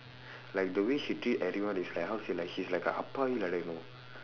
like the way she treat everyone is like how to say she's like a like that you know